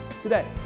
Today